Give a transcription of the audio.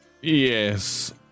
Yes